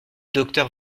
docteur